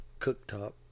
cooktop